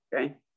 okay